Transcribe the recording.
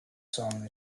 song